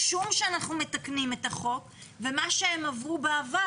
משום שאנחנו מתקנים את החוק ומה שהן עברו בעבר,